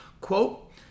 quote